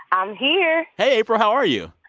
i'm here hey, april. how are you?